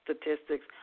statistics